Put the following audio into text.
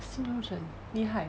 新的路程厉害